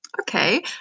Okay